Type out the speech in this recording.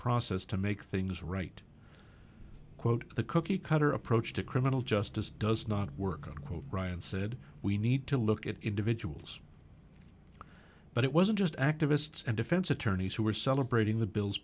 process to make things right quote the cookie cutter approach to criminal justice does not work on ryan said we need to look at individuals but it wasn't just activists and defense attorneys who were celebrating the bill